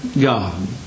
God